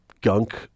gunk